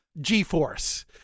G-force